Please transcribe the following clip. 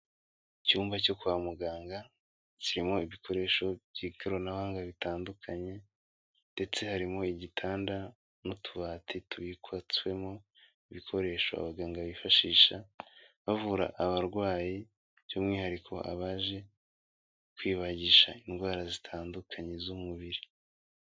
Icyumba cyo kwa muganga kirimo ibikoresho by'ikoranabuhanga bitandukanye, ndetse harimo igitanda, n'utubati turimo ibikoresho abaganga bifashisha bavura abarwayi, by'umwihariko abaje kwibagisha indwara zitandukanye z'umubiri.